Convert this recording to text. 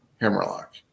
Hammerlock